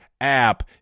app